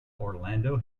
orlando